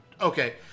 Okay